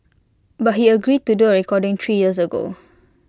but he agreed to do A recording three years ago